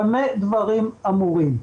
אומר במה דברים אמורים.